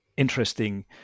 interesting